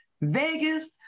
Vegas